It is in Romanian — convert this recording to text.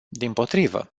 dimpotrivă